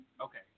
okay